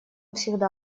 всегда